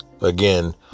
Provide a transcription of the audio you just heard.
again